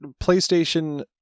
PlayStation